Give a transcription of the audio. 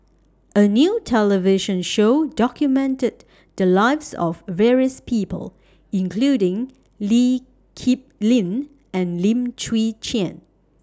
A New television Show documented The Lives of various People including Lee Kip Lin and Lim Chwee Chian